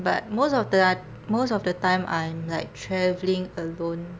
but most of the time most of the time I'm like travelling alone